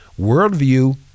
worldview